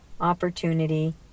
opportunity